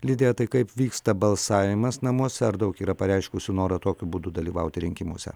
lidija tai kaip vyksta balsavimas namuose ar daug yra pareiškusių norą tokiu būdu dalyvauti rinkimuose